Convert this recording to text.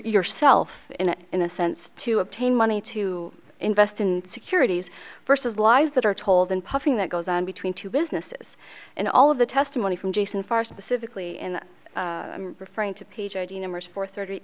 yourself in a sense to obtain money to invest in securities versus lives that are told and puffing that goes on between two businesses and all of the testimony from jason far specifically in referring to page id numbers for thirty